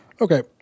Okay